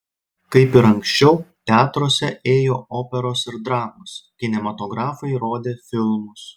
kaip ir anksčiau teatruose ėjo operos ir dramos kinematografai rodė filmus